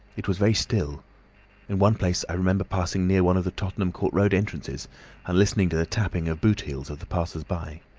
it was very still in one place i remember passing near one of the tottenham court road entrances and listening to the tapping of boot-heels of the passers-by.